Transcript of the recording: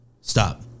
stop